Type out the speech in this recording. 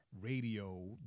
radio